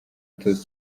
atoza